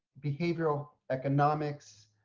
behavioral economics.